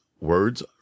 words